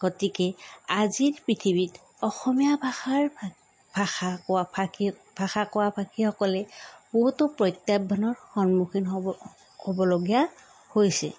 গতিকে আজিৰ পৃথিৱীত অসমীয়া ভাষাৰ ভাষা কোৱা ভাষী ভাষা কোৱা ভাষীসকলে বহুতো প্ৰত্যাহ্বানৰ সন্মুখীন হ'ব হ'বলগীয়া হৈছে